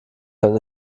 dann